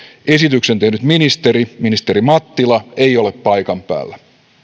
esityksen tehnyt ministeri ministeri mattila ei ole paikan päällä